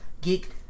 geek